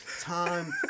time